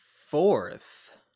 fourth